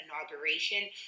inauguration